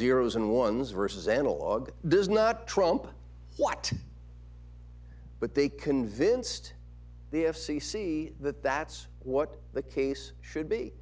how and ones versus analog does not trump what but they convinced the f c c that that's what the case should be